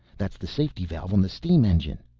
that's the safety valve on the steam engine!